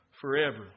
forever